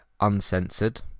uncensored